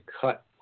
cut